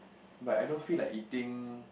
but I don't feel like eating